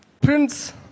Prince